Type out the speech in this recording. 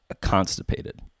constipated